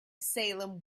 salem